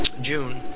June